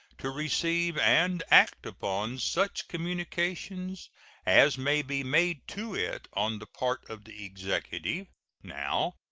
to receive and act upon such communications as may be made to it on the part of the executive now,